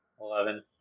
Eleven